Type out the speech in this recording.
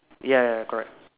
ya correct